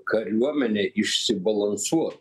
kariuomenė išsibalansuotų